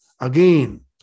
Again